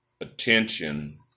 attention